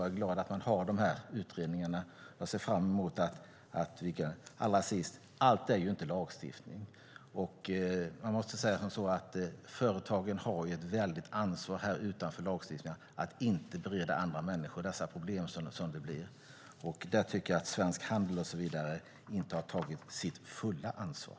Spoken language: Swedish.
Jag är glad över att man har de här utredningarna. Allra sist: Allt är inte lagstiftning. Man måste säga att företagen har ett stort ansvar utanför lagstiftningen när det gäller att inte bereda andra människor dessa problem som uppstår. Där tycker jag att Svensk Handel och så vidare inte har tagit sitt fulla ansvar.